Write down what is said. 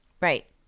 Right